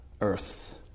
earth